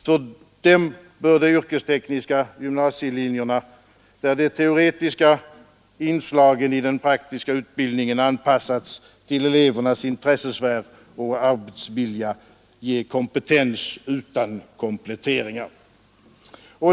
För dem bör de yrkestekniska gymnasielinjerna, där de teoretiska inslagen i den praktiska utbildningen anpassats till elevernas intressesfär och arbetsvilja, ge kompetens utan kompletteringar.